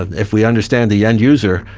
if we understand the end user,